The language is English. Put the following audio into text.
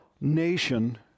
nation